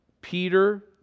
Peter